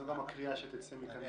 זו גם הקריאה שתצא מכאן בסוף הדיון.